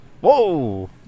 Whoa